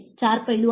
चार पैलू आहेत